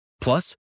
Plus